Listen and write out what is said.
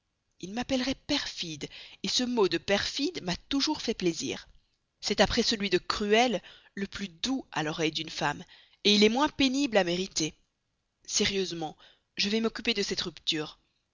il m'appellerait perfide ce mot de perfide m'a toujours fait plaisir c'est après celui de cruelle le plus doux à l'oreille d'une femme il est moins pénible à mériter sérieusement je vais m'occuper de cette rupture